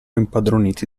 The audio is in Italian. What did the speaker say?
impadroniti